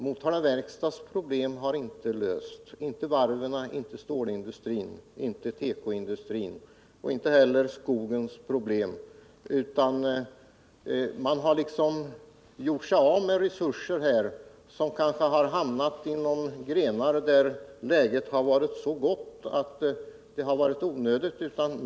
Motala Verkstads problem har inte lösts, och det har inte heller varvens, stålindustrins, tekoindustrins eller skogens problem. Denna politik har i stället medfört att man gjort sig av med resurser genom att dessa ibland har hamnat inom näringsgrenar där läget har varit så gott att ett stöd har varit onödigt.